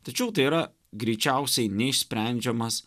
tačiau tai yra greičiausiai neišsprendžiamas